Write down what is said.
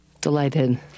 delighted